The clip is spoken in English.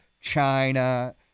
China